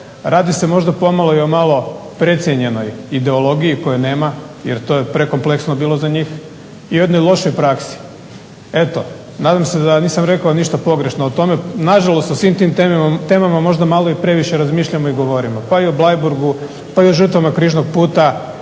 radi se možda pomalo i o malo precijenjenoj ideologiji koje nema jer to je prekompleksno bilo za njih i jednoj lošoj praksi. Eto, nadam se da nisam rekao ništa pogrešno o tome. Nažalost o svim tim temama možda malo i previše razmišljamo i govorimo pa i Bleiburgu, pa i o žrtvama križnog puta.